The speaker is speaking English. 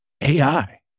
AI